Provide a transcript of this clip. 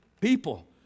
people